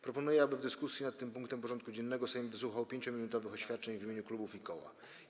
Proponuję, aby w dyskusji nad tym punktem porządku dziennego Sejm wysłuchał 5-minutowych oświadczeń w imieniu klubów i koła.